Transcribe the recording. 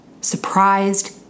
surprised